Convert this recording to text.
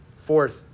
Fourth